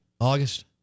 August